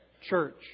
church